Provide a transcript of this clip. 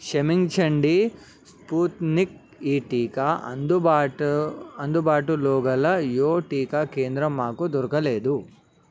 క్షమించండి స్పుత్నిక్ ఈ టీకా అందుబాటు అందుబాటులోగల యో టీకా కేంద్రం మాకు దొరకలేదు